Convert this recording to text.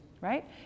right